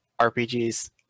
RPGs